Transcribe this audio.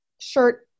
shirt